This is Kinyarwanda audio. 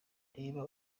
niba